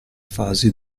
fasi